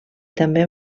també